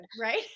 right